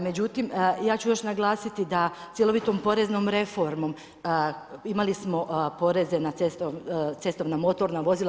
Međutim, ja ću još naglasiti, da cjelovitom poreznom reformom, imali smo poreze na cestovna motorna vozila.